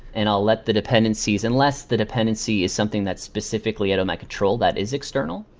and i'll let the dependencies unless the dependency is something that's specifically out of my control that is external.